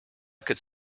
could